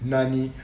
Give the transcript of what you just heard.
Nani